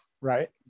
right